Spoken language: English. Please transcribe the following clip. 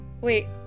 wait